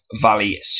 valley